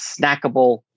snackable